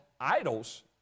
idols